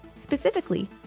Specifically